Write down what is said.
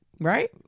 Right